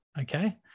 Okay